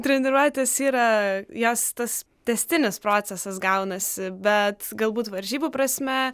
treniruotės yra jos tas tęstinis procesas gaunasi bet galbūt varžybų prasme